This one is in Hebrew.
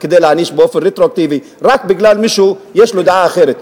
וכדי להעניש באופן רטרואקטיבי רק כי למישהו יש דעה אחרת.